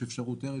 יש אפשרות ערב,